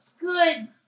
Good